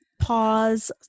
pause